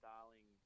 Darling